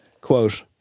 Quote